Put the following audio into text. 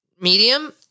medium